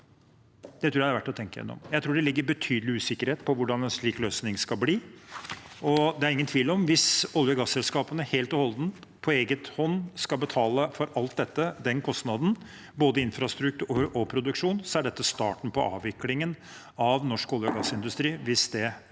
Det tror jeg er verdt å tenke igjennom. Jeg tror det er en betydelig usikkerhet om hvordan en sånn løsning skal bli. Det er ingen tvil om at hvis olje- og gasselskapene helt og holdent på egen hånd skal betale for alt dette, kostnaden for både infrastruktur og produksjon, er dette starten på avviklingen av norsk olje- og gassindustri. Presidenten